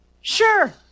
Sure